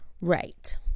Right